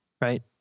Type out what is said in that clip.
right